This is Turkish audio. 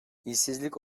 i̇şsizlik